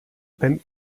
wenn